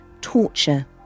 torture